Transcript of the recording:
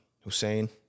Hussein